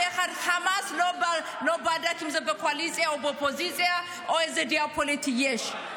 חמאס לא בדק אם זה בקואליציה או באופוזיציה או איזו דעה פוליטית יש.